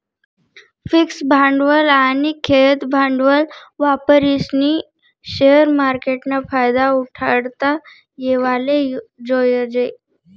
fix भांडवल आनी खेयतं भांडवल वापरीस्नी शेअर मार्केटना फायदा उठाडता येवाले जोयजे